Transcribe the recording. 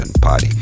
party